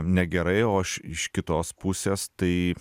negerai o iš iš kitos pusės tai